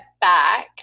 back